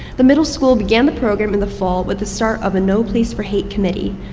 the middle school began the program in the fall with the start of a no place for hate committee.